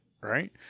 right